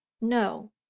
no